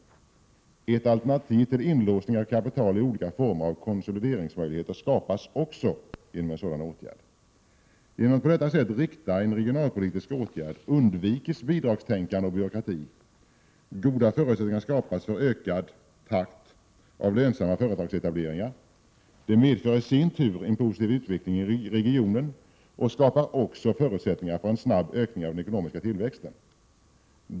Genom den här åtgärden skapas också ett alternativ till inlåsning av kapital i olika former av konsolideringsmöjligheter. Genom en på detta sätt riktad regionalpolitisk åtgärd undviks bidragstänkande och byråkrati. Goda förutsättningar skapas för en ökad takt i etableringen av lönsamma företag. Det medför i sin tur en positiv utveckling i regionen och skapar också förutsättningar för en snabb ökning av den ekonomiska tillväxten.